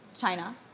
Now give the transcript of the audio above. China